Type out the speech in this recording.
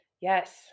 Yes